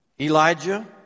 Elijah